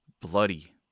Bloody